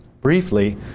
briefly